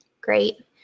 Great